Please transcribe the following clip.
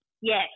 yes